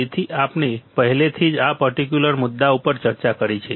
તેથી આપણે પહેલાથી જ આ પર્ટિક્યુલર મુદ્દા ઉપર ચર્ચા કરી છે